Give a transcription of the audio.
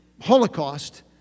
Holocaust